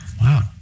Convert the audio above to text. Wow